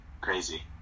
crazy